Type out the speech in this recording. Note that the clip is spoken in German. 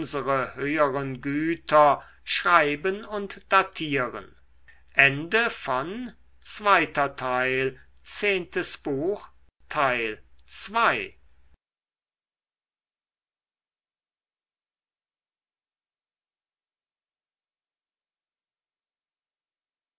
höheren güter schreiben und datieren